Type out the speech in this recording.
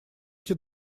эти